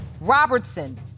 Robertson